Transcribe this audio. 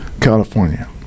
California